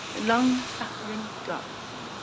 long suffering dorothy?